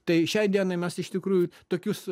tai šiai dienai mes iš tikrųjų tokius